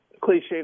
cliche